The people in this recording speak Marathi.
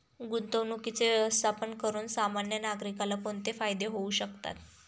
गुंतवणुकीचे व्यवस्थापन करून सामान्य नागरिकाला कोणते फायदे होऊ शकतात?